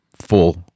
Full